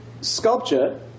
sculpture